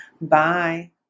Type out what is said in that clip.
Bye